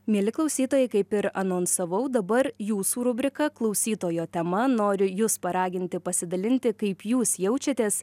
mieli klausytojai kaip ir anonsavau dabar jūsų rubrika klausytojo tema noriu jus paraginti pasidalinti kaip jūs jaučiatės